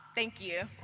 thank you.